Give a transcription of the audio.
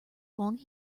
long